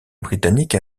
britanniques